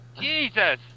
Jesus